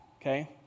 okay